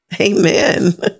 Amen